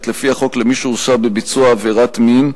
לפי החוק למי שהורשע בביצוע עבירת מין,